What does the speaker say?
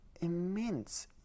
immense